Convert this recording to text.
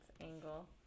angle